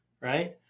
right